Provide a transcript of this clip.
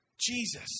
Jesus